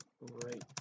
right